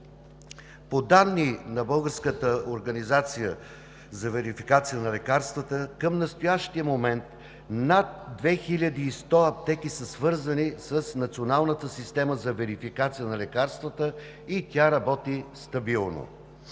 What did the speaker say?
По данни на Българската организация за верификация на лекарствата към настоящия момент над 2100 аптеки са свързани с Националната система за верификация на лекарствата и тя работи стабилно.